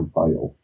fail